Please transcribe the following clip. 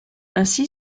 ainsi